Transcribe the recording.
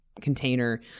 container